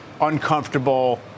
uncomfortable